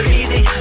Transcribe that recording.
easy